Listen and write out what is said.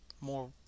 more